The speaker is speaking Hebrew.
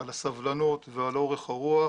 על הסבלנות ועל אורך הרוח